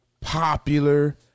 popular